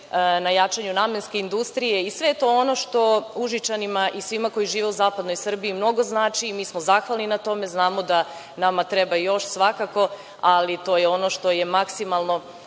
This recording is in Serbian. na jačanju namenske industrije. Sve je to ono što Užičanima i svima onima koji žive u zapadnoj Srbiji mnogo znači. Mi smo zahvalni na tome. Znamo da nam treba još, ali to je ono što je maksimalno